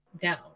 down